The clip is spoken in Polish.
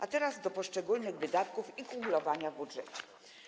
A teraz przejdę do poszczególnych wydatków i kumulowania w budżecie.